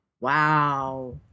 Wow